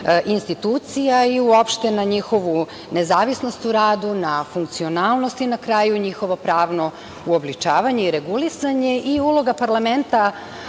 institucija i uopšte na njihovu nezavisnost u radu, na funkcionalnost i na kraju njihovo pravno uobličavanje i regulisanje. Uloga parlamenta